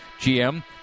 GM